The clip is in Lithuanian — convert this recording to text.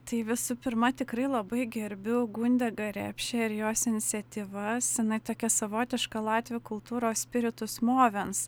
tai visų pirma tikrai labai gerbiu gundegą repšę ir jos iniciatyvas jinai tokia savotiška latvių kultūros spiritus movens